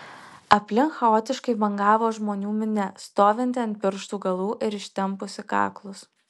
aplink chaotiškai bangavo žmonių minia stovinti ant pirštų galų ir ištempusi kaklus